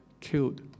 killed